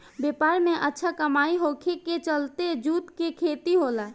व्यापार में अच्छा कमाई होखे के चलते जूट के खेती होला